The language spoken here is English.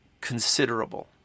considerable